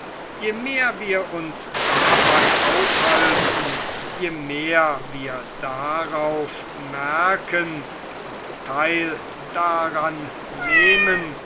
je mehr wir uns dabei aufhalten je mehr wir darauf merken und teil daran nehmen